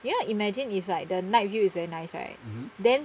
you know imagine if like the night view is very nice right then